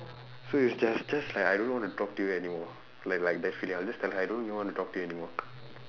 so it's just just like I don't want to talk to you anymore like like that feeling I will just tell her I don't even want to talk to you anymore